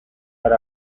are